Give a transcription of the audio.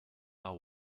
are